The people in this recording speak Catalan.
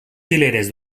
fileres